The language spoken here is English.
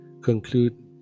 conclude